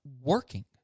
working